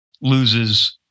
loses